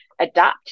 adapt